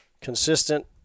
consistent